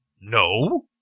no